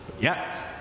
Yes